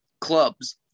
clubs